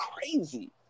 crazy